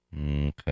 Okay